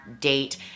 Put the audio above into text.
date